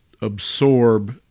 absorb